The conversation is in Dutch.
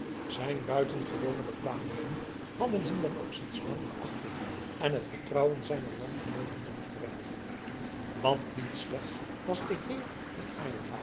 zijn buitengewone bekwaamheden hadden hem dan ook sinds lang de achting en het vertrouwen zijner landgenooten doen verwerven want niet slechts was de heer van